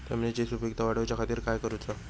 जमिनीची सुपीकता वाढवच्या खातीर काय करूचा?